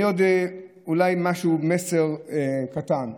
אולי מסר קטן: